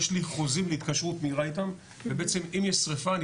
יש לי חוזים להתקשרות מהירה איתם ובעצם אם יש שריפה אני